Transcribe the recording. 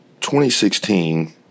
2016